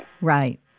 Right